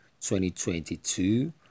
2022